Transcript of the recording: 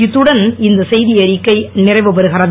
இத்துடன் இந்த செய்தி அறிக்கை நிறைவு பெறுகிறது